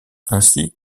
ainsi